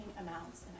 amounts